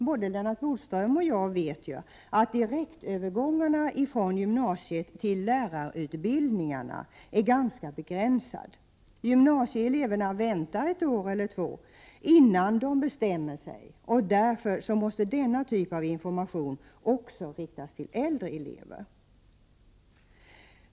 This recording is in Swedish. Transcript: Både Lennart Bodström och jag vet att direktövergångarna från gymnasiet till lärarutbildningarna är ganska begränsade. Gymnasieeleverna väntar ett år eller två innan de bestämmer sig. Därför måste denna typ av information också riktas till äldre elever.